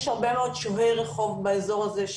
יש הרבה מאוד שוהי רחוב באזור הזה.